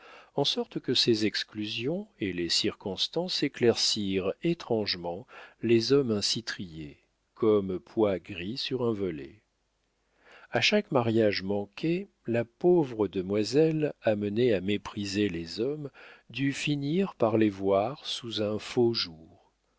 en sorte que ses exclusions et les circonstances éclaircirent étrangement les hommes ainsi triés comme pois gris sur un volet a chaque mariage manqué la pauvre demoiselle amenée à mépriser les hommes dut finir par les voir sous un faux jour